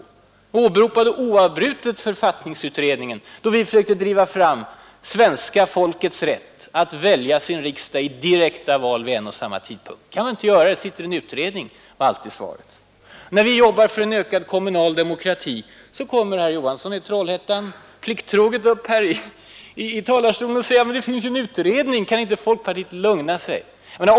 Ni åberopade oavbrutet författningsutredningen, när vi försökte påskynda reformen om svenska folkets rätt att välja sin riksdag i direkta val vid en och samma tidpunkt. Då sades det att det kan vi inte göra, ty det sitter en utredning och arbetar med det här. Det var det ständiga svaret. Och när vi nu arbetar för ökad kommunal demokrati stiger herr Johansson i Trollhättan plikttroget upp i den här talarstolen och säger att det finns ju en utredning som arbetar med den kommunala demokratin — kan inte folkpartiet lugna sig?